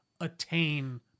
attain